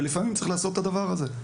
ולפעמים צריך לעשות את הדבר הזה.